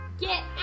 Get